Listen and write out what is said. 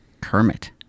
Kermit